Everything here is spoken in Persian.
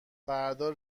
فرا